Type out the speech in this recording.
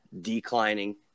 declining